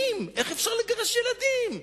איך אפשר לגרש ילדים?